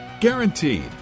Guaranteed